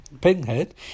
Pinhead